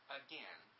again